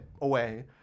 away